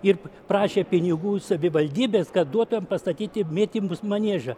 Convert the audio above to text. ir prašė pinigų iš savivaldybės kad duotų jam pastatyti mėtymus maniežą